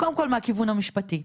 קודם כל מהכיוון המשפטי,